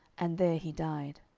and there he died.